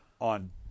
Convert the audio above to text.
on